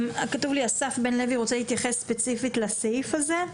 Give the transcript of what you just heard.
כתוב לי שאסף בן לוי רוצה להתייחס ספציפית לסעיף הזה.